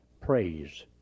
praise